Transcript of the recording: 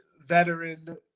veteran